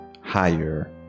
higher